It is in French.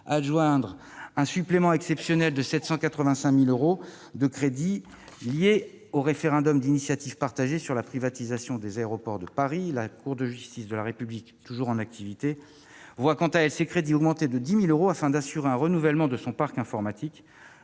attribuer un supplément exceptionnel de 785 000 euros de crédits lié au référendum d'initiative partagé sur la privatisation d'Aéroports de Paris. La Cour de justice de la République voit, quant à elle, ses crédits augmenter de 10 000 euros : il s'agit d'assurer le renouvellement de son parc informatique.